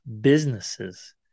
businesses